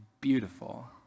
beautiful